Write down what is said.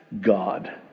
God